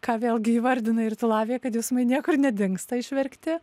ką vėlgi įvardinai ir tu lavija kad jausmai niekur nedingsta išverkti